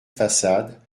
façade